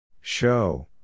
Show